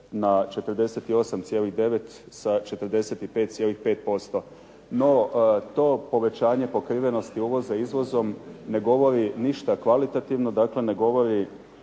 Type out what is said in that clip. na 48,9 sa 45,5%. No, to povećanje pokrivenosti uvoza izvozom ne govori ništa kvalitativno, ne govori